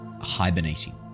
hibernating